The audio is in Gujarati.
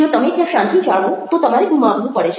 જો તમે ત્યાં શાંતિ જાળવો તો તમારે ગુમાવવું પડે છે